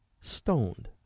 Stoned